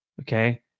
Okay